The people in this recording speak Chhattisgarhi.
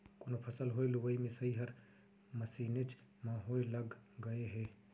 कोनो फसल होय लुवई मिसई हर मसीनेच म होय लग गय हे